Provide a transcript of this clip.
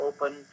open